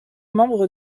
membre